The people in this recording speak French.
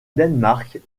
danemark